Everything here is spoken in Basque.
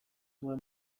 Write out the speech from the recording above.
zuen